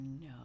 no